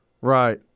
Right